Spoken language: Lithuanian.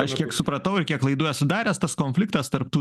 aš kiek supratau ir kiek laidų esu daręs tas konfliktas tarp tų